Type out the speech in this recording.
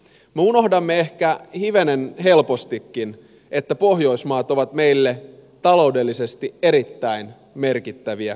me unohdamme ehkä hivenen helpostikin että pohjoismaat ovat meille taloudellisesti erittäin merkittäviä kumppaneita